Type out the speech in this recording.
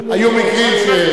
היו מקרים, תאמין לי.